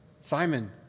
Simon